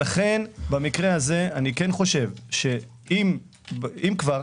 לכן במקרה הזה אני כן חושב שאם כבר,